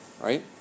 right